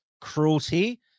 cruelty